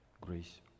grace